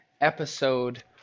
episode